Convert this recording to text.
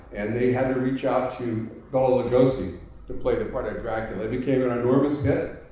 and they had to reach out to bela lugosi to play the part of dracula. it became an enormous hit.